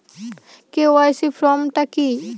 KYC form টা কি?